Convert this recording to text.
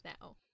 now